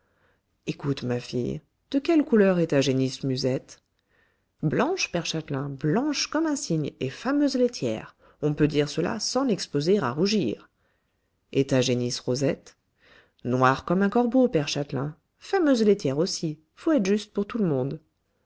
écoute ma fille de quelle couleur est ta génisse musette blanche père châtelain blanche comme un cygne et fameuse laitière on peut dire cela sans l'exposer à rougir et ta génisse rosette noire comme un corbeau père châtelain fameuse laitière aussi faut être juste pour tout le monde